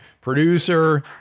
producer